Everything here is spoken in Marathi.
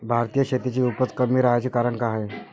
भारतीय शेतीची उपज कमी राहाची कारन का हाय?